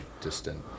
distant